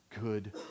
good